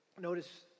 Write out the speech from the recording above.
Notice